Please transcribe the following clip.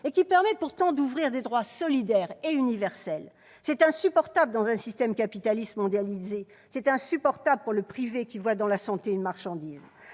et qui permet pourtant d'ouvrir des droits solidaires et universels. C'est insupportable dans un système capitaliste mondialisé ! C'est insupportable pour le privé, qui voit dans la santé une marchandise